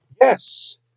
Yes